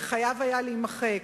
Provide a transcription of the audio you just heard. וחייב היה להימחק.